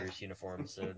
uniforms